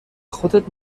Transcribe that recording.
خودت